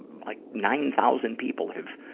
like nine thousand people have,